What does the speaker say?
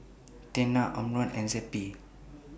Tena Omron and Zappy